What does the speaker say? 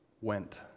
went